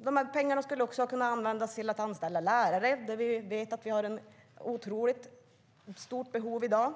De här pengarna skulle också ha kunnat användas till att anställa lärare. Där vet vi ju att vi har ett otroligt stort behov i dag.